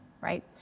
right